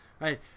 right